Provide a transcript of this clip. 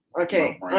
Okay